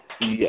Yes